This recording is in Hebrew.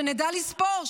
שנדע לספור,